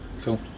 Cool